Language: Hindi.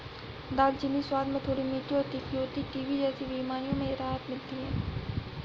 दालचीनी स्वाद में थोड़ी मीठी और तीखी होती है टीबी जैसी बीमारियों में राहत मिलती है